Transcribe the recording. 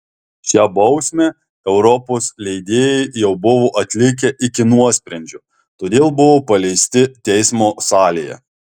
šią bausmę europos leidėjai jau buvo atlikę iki nuosprendžio todėl buvo paleisti teismo salėje